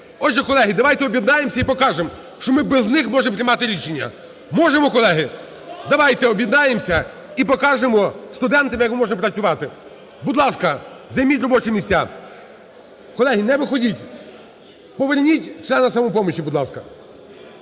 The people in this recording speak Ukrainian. Отже, колеги, давайте об'єднаємося і покажемо, що ми без них можемо приймати рішення. Можемо, колеги? Давайте об'єднаємося і покажемо студентам, як ми можемо працювати. Будь ласка, займіть робочі місця. Колеги, не виходіть, поверніть члена "Самопомочі", будь ласка.